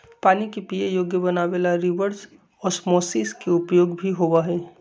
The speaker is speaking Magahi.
पानी के पीये योग्य बनावे ला रिवर्स ओस्मोसिस के उपयोग भी होबा हई